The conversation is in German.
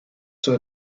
zur